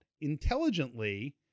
intelligently